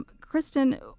Kristen